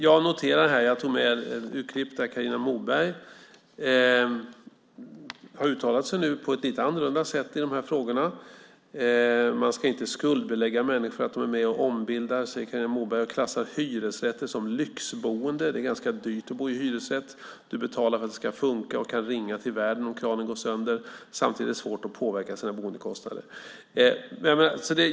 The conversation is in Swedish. Jag tog med mig en artikel där Carina Moberg uttalar sig på ett lite annorlunda sätt i dessa frågor. Man ska inte skuldbelägga människor för att de är med och ombildar, säger Carina Moberg, och klassar hyresrätter som lyxboende. Det är ganska dyrt att bo i hyresrätt. Du betalar, fortsätter hon, för att det ska fungera och du kan ringa till värden om kranen går sönder. Samtidigt är det svårt att påverka sina boendekostnader.